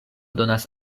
donas